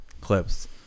clips